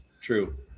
True